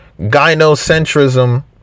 gynocentrism